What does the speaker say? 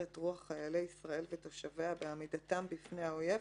את רוח חיילי ישראל ותושביה בעמידתם בפני האויב